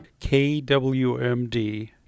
KWMD